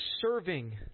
serving